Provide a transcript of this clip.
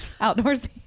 outdoorsy